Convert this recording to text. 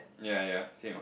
ya ya same